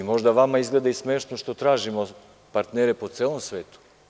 Možda vama izgleda smešno što tražimo partnere po celom svetu.